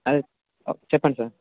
అది చెప్పండి సార్